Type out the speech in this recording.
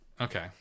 Okay